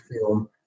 film